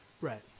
Right